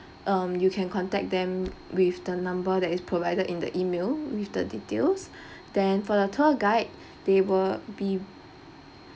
um you can contact them with the number that is provided in the email with the details then for the tour guide they will be